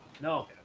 No